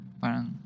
Parang